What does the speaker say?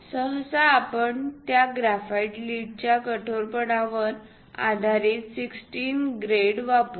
सहसा आपण त्या ग्रेफाइट लीडच्या कठोरपणा वर आधारित 16 ग्रेड वापरू